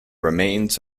remains